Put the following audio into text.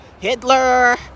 Hitler